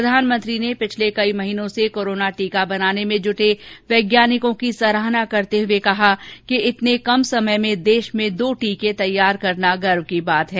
प्रधानमंत्री ने पिछले कई महीनों से कोरोना टीका बनाने में जुटे वैज्ञानिकों की सराहना करते हुए कहा कि इतने कम समय में देश में दो टीके तैयार करना गर्व की बात है